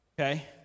Okay